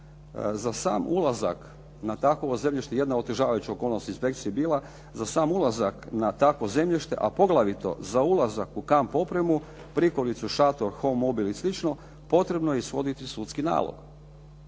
za sam ulazak na takovo zemljište jedna otežavajuća okolnost inspekciji bila, za sam ulazak na takvo zemljište, a poglavito za ulazak u kamp opremu, prikolicu, šator, hommobil ili slično, potrebno je ishoditi sudski nalog.